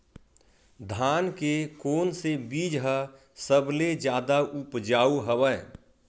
धान के कोन से बीज ह सबले जादा ऊपजाऊ हवय?